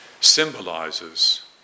symbolizes